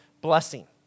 blessing